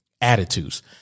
attitudes